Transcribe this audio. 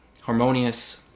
harmonious